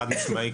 חד משמעית,